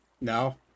No